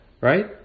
right